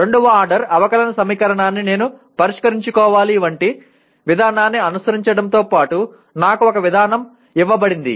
రెండవ ఆర్డర్ అవకలన సమీకరణాన్ని నేను పరిష్కరించుకోవాలి వంటి విధానాన్ని అనుసరించడంతో పాటు నాకు ఒక విధానం ఇవ్వబడింది